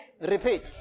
Repeat